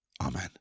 Amen